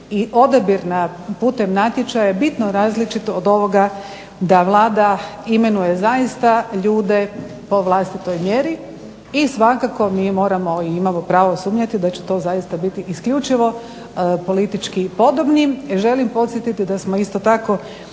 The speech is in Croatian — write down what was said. i odabir putem natječaja je bitno različit od ovoga da Vlada imenuje zaista ljude po vlastitoj mjeri i svakako mi moramo i imamo pravo sumnjati da će to zaista biti isključivo politički podobni. Želim podsjetiti da smo isto tako